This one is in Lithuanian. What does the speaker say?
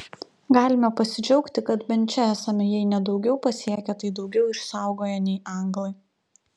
galime pasidžiaugti kad bent čia esame jei ne daugiau pasiekę tai daugiau išsaugoję nei anglai